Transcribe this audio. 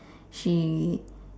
she